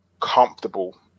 comfortable